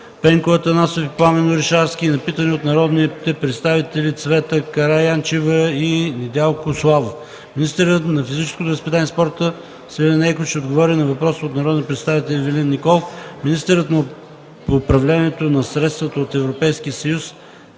Пенко Атанасов и Пламен Орешарски и на питане от народните представители Цвета Караянчева и Недялко Славов. Министърът на физическото възпитание и спорта Свилен Нейков ще отговори на въпрос от народния представител Ивелин Николов. Министърът по управление на средствата от Европейския съюз